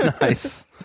Nice